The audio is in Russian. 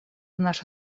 наша